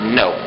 no